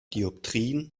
dioptrien